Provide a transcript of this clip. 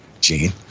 Gene